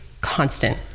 constant